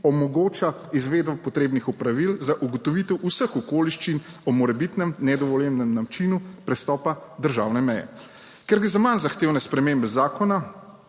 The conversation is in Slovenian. omogoča izvedbo potrebnih opravil za ugotovitev vseh okoliščin o morebitnem nedovoljenem načinu prestopa državne meje. Ker gre za manj zahtevne spremembe zakona,